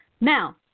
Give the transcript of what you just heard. Now